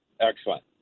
Excellent